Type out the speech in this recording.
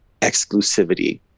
exclusivity